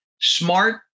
SMART